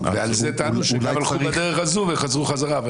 על זה טענו שהלכו בדרך הזו והזו וחזרו בחזרה.